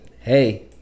hey